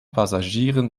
passagieren